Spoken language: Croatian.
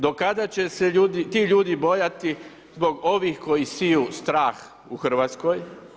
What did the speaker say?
Do kada će se ti ljudi bojati zbog ovih koji siju strah u Hrvatskoj?